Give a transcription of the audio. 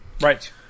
Right